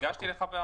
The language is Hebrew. הגשתי לך?